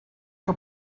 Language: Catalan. que